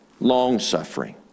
long-suffering